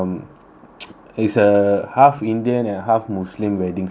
it's a half indian and half muslim wedding something like that